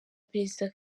perezida